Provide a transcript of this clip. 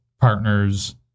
partners –